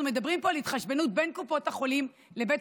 אנחנו מדברים פה על התחשבנות בין קופות החולים לבית